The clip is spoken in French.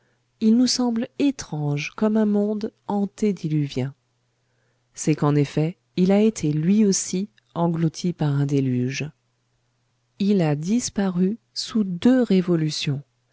il nous semble étrange comme un monde antédiluvien c'est qu'en effet il a été lui aussi englouti par un déluge il a disparu sous deux révolutions